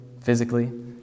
physically